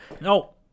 No